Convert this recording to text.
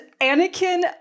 Anakin